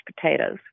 potatoes